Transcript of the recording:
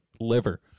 liver